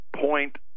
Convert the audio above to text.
point